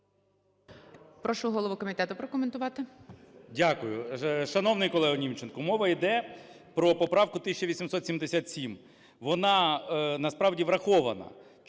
Прошу голову комітету прокоментувати.